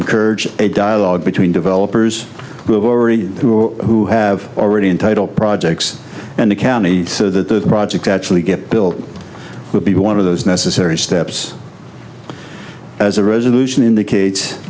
encourage a dialogue between developers who have already in title projects and the county so that the project actually get built would be one of those necessary steps as a resolution indicate